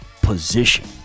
position